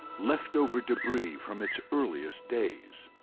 left over debris from its earliest days.